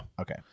Okay